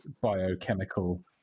biochemical